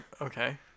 okay